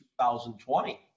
2020